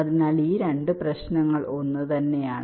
അതിനാൽ ഈ 2 പ്രശ്നങ്ങൾ ഒന്നുതന്നെയാണ്